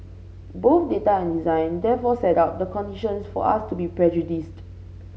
both data and design therefore set up the conditions for us to be prejudiced